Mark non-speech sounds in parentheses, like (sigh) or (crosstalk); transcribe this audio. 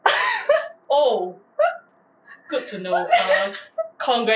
(laughs) (laughs)